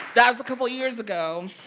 that was a couple years ago